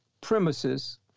premises